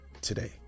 today